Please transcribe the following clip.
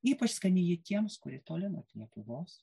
ypač skani ji tiems kurie toli nuo lietuvos